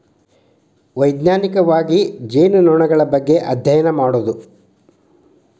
ವೈಜ್ಞಾನಿಕವಾಗಿ ಜೇನುನೊಣಗಳ ಬಗ್ಗೆ ಅದ್ಯಯನ ಮಾಡುದು